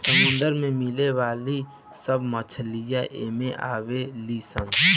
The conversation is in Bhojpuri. समुंदर में मिले वाली सब मछली एमे आवे ली सन